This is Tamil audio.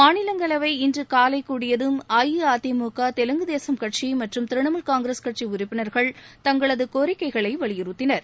மாநிலங்களவை இன்று காலை கூடியதும் அஇஅதிமுக தெலுங்கு தேசம் கட்சி மற்றும் திரிணாமுல் காங்கிரஸ் கட்சி உறுப்பினர்கள் தங்களது கோரிக்கைகளை வலியுறுத்தினர்